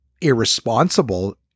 irresponsible